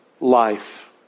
life